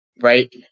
right